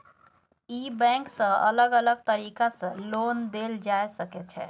ई bank सँ अलग अलग तरीका सँ लोन देल जाए सकै छै